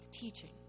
teaching